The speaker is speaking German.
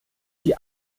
sie